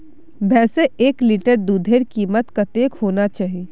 भैंसेर एक लीटर दूधेर कीमत कतेक होना चही?